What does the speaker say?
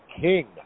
king